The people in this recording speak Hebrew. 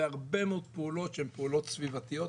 והרבה מאוד פעולות שהן פעולות סביבתיות,